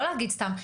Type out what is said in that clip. לא להגיד סתם.